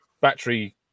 battery